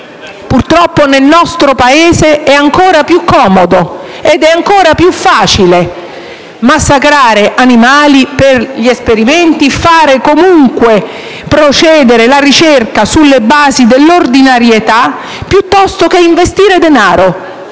purtroppo nel nostro Paese è ancora più comodo ed è ancora più facile massacrare animali per gli esperimenti, far procedere comunque la ricerca sulle basi dell'ordinarietà, piuttosto che investire denaro,